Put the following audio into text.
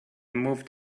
moved